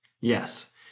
Yes